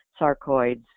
sarcoids